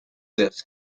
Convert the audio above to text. this